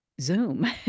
zoom